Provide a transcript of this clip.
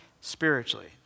spiritually